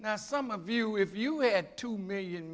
now some of you if you had two million